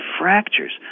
fractures